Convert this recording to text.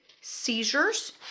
seizures